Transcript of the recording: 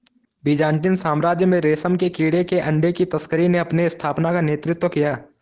Byzantine साम्राज्य में रेशम के कीड़े के अंडे की तस्करी ने अपनी स्थापना का नेतृत्व किया